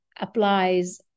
applies